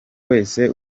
wese